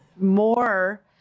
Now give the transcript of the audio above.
more